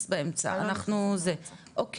נכנסת באמצע, אוקי.